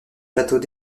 plateaux